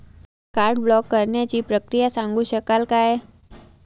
Card block करण्याची प्रक्रिया सांगू शकाल काय?